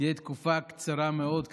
תהיה תקופה קצרה מאוד,